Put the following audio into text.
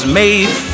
made